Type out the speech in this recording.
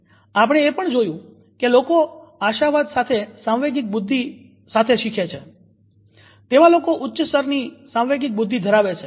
આપણે એ પણ જોયું કે જે લોકો આશાવાદ સાથે સાંવેગિક બુદ્ધિ સાથે શીખે છે તેવા લોકો ઉચ્ચ સ્તરની સાંવેગિક બુદ્ધિ ધરાવે છે